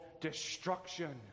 destruction